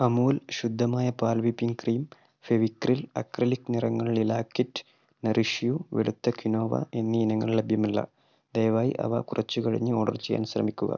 അമുൽ ശുദ്ധമായ പാൽ whipping cream Fevicryl acrylic നിറങ്ങൾ ലിലാക് കിറ്റ് നറിഷ് യൂ വെളുത്ത കിനോവ എന്നീ ഇനങ്ങൾ ലഭ്യമല്ല ദയവായി അവ കുറച്ചു കഴിഞ്ഞു ഓർഡർ ചെയ്യാൻ ശ്രമിക്കുക